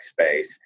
space